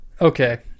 Okay